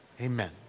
amen